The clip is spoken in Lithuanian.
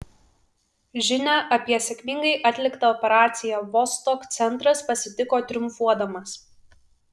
žinią apie sėkmingai atliktą operaciją vostok centras pasitiko triumfuodamas